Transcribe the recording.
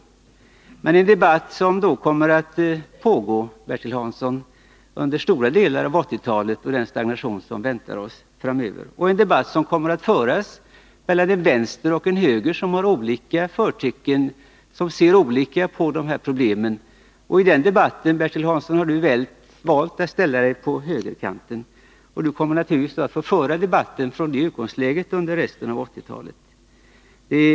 Men det är en debatt som då, Bertil Hansson, kommer att pågå under stora delar av 1980-talet och under den stagnation som väntar oss framöver. Det är också en debatt som kommer att föras mellan en vänster och en höger som har olika förtecken och som ser olika på de här problemen. I den debatten har Bertil Hansson valt att ställa sig på högerkanten. Han kommer då naturligtvis också att få föra debatten från det utgångsläget under resten av 1980-talet.